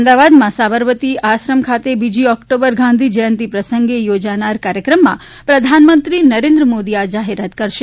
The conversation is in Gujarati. અમદાવાદમાં સાબરમતી આશ્રમ ખાતે બીજી ઓક્ટોબર ગાંધી જયંતિ પ્રસંગે યોજાનાર કાર્યક્રમમાં પ્રધાનમંત્રી નરેન્દ્ર મોદી આ જાહેરાત કરશે